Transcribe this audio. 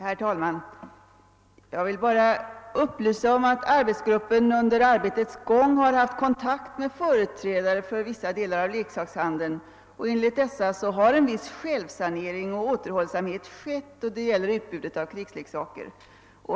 Herr talman! Jag vill lämna den upplysningen att arbetsgruppen under sin verksamhet har haft kontakt med företrädare för vissa delar av leksakshandeln och att det enligt gruppens mening har skett en viss självsanering och har börjat iakttas viss återhållsamhet i utbudet av krigsleksaker.